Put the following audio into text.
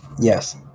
Yes